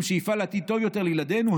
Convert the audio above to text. עם שאיפה לעתיד טוב יותר לילדינו,